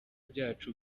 byacu